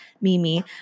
Mimi